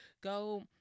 go